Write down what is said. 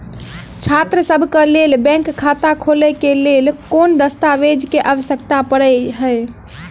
छात्रसभ केँ लेल बैंक खाता खोले केँ लेल केँ दस्तावेज केँ आवश्यकता पड़े हय?